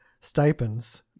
stipends